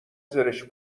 زرشک